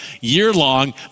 year-long